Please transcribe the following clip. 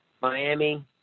Miami